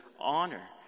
honor